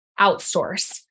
outsource